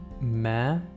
ma